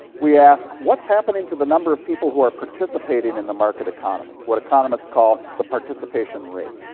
we ask, what's happening to the number of people who are participating in the market economy, what economists call the participation rate?